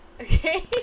Okay